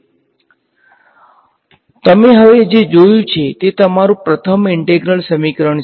તેથી તમે હવે જે જોયું છે તે તમારું પ્રથમ ઈન્ટેગ્રલ સમીકરણ છે